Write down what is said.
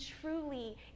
truly